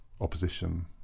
opposition